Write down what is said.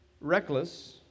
reckless